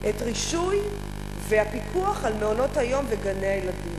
את הרישוי והפיקוח על מעונות-היום וגני-הילדים.